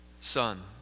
son